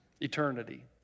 Eternity